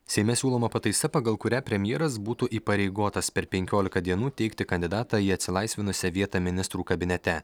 seime siūloma pataisa pagal kurią premjeras būtų įpareigotas per penkiolika dienų teikti kandidatą į atsilaisvinusią vietą ministrų kabinete